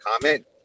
comment